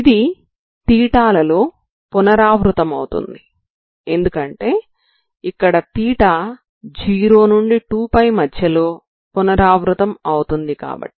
ఇది లలో పునరావృతమవుతోంది ఎందుకంటే ఇక్కడ θ 0 నుండి 2π మధ్యలో పునరావృతమవుతుంది కాబట్టి